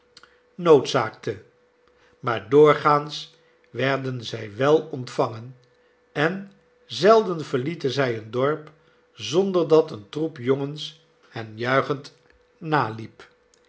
noodzaakte maar doorgaaiis werden zij wel ontvangen en zelden verlieten zij een dorp zonder dat een troep jongens hen juichend naliep